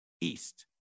East